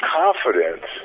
confidence